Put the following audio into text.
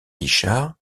guichard